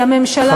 היא הממשלה,